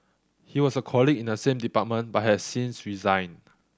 he was a colleague in the same department but has since resigned